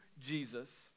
Jesus